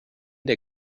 der